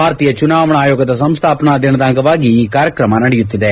ಭಾರತೀಯ ಚುನಾವಣಾ ಆಯೋಗದ ಸಂಸ್ಥಾಪನಾ ದಿನದ ಅಂಗವಾಗಿ ಈ ಕಾರ್ಯಕ್ರಮ ನಡೆಯುತ್ತಿದೆ